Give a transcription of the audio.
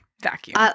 vacuum